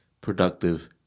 productive